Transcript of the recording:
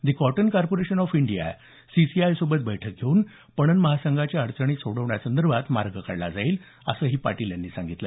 the cotton corporation of India सीसीआयसोबत बैठक घेऊन पणन महासंघाच्या अडचणी सोडवण्यासंदर्भात मार्ग काढला जाईल असंही पाटील यांनी सांगितलं